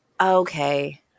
okay